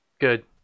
Good